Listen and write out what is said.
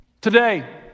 today